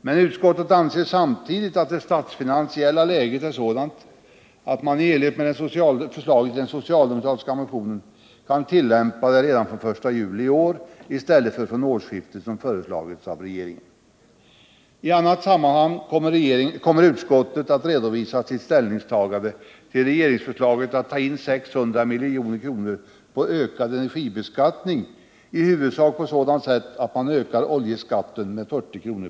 Men utskottet anser samtidigt att det statsfinansiella läget är sådant att man i enlighet med förslaget i den socialdemokratiska motionen kan tillämpa det redan från den 1 juli i år i stället för från årsskiftet, som föreslagits av regeringen. TI annat sammanhang kommer utskottet att redovisa sitt ställningstagande till regeringsförslaget att ta in 600 milj.kr. på ökad energibeskattning i huvudsak på sådant sätt att man ökar oljeskatten med 40 kr.